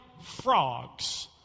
frogs